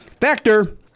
Factor